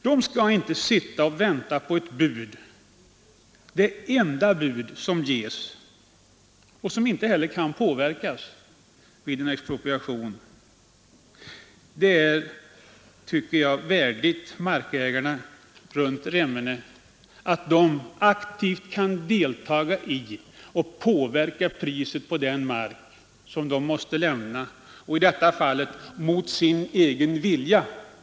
De skall inte sitta och vänta på ett bud, det enda bud som ges och som inte heller kan påverkas vid en expropriation. Det är, tycker jag, värdigt markägarna runt Remmene att de aktivt kan delta i förhandlingar och påverka priset på den mark som de måste lämna mot sin egen vilja.